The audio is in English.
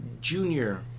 junior